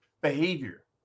behavior